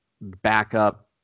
backup